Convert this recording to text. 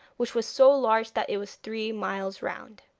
which was so large that it was three miles round.